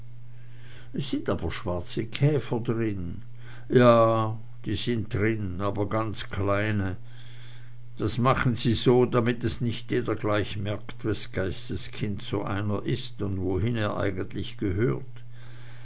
es sind aber schwarze käfer drin ja die sind drin aber ganz kleine das machen sie so damit es nicht jeder gleich merkt wes geistes kind so einer ist und wohin er eigentlich gehört